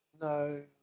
No